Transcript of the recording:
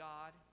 God